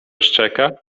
szczeka